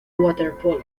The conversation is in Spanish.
waterpolo